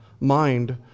mind